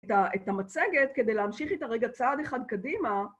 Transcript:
את המצגת כדי להמשיך את הרגע צעד אחד קדימה.